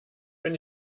wenn